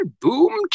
boom